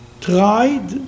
tried